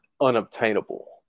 unobtainable